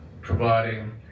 providing